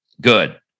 Good